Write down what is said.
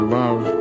love